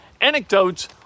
anecdotes